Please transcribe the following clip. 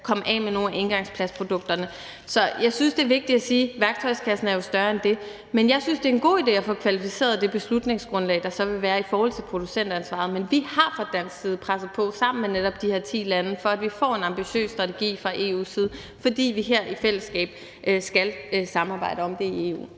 komme af med nogle af engangsplastprodukterne. Så jeg synes, det er vigtigt at sige, at værktøjskassen er større end det. Men jeg synes, det er en god idé at få kvalificeret det beslutningsgrundlag, der så vil være, i forhold til producentansvaret, men vi har fra dansk side netop sammen med de her ti lande presset på for, at vi får en ambitiøs strategi fra EU's side, fordi vi i fællesskab skal samarbejde om det i EU.